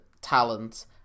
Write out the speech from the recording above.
talent